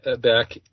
back